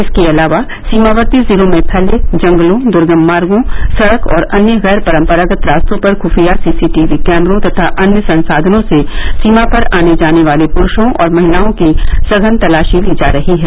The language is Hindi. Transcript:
इसके अलावा सीमावर्ती जिलों में फैले जंगलों द्र्गम मार्गों सड़क और अन्य गैर परम्परागत रास्तों पर खुफिया सी सी टी वी कैमरों तथा अन्य संसाधनों से सीमा पर आने जाने वाले पुरुषों और महिलाओं की सघन तलाशी ली जा रही है